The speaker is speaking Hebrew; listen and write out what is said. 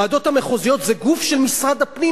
הוועדות המחוזיות זה גוף של משרד הפנים,